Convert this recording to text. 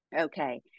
Okay